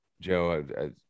joe